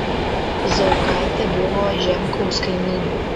zaukaitė buvo žemkaus kaimynė